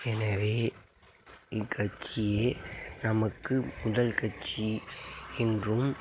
எனவே இக்கட்சியே நமக்கு முதல் கட்சி என்றும்